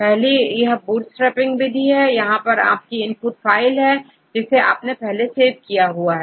तो पहली यह बूटस्ट्रैपिंग विधि है यहां पर आपकी इनपुट फाइल है जिसे आपने पहले सेव किया था